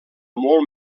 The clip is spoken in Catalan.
molt